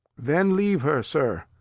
then leave her. sir,